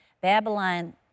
Babylon